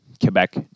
Quebec